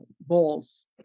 balls